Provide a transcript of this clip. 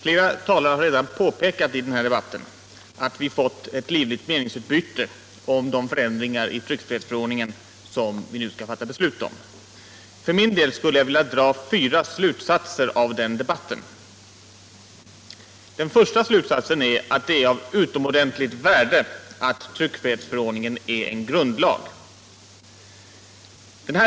Herr talman! Som flera talare redan har påpekat har vi fått en hivlig debatt om de förändringar i tryckfrihetsförordningen som vi nu skall fatta beslut om. För min del skulle jag vilja dra fyra slutsatser av den debatten. Den första slutsatsen är att det är av utomordentligt värde att tryckfrihetsförordningen är en grundlag.